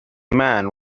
man